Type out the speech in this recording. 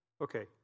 Okay